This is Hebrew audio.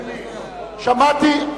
שמעתי.